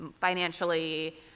financially